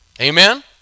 Amen